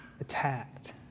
attacked